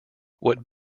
what